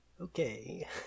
Okay